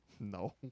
No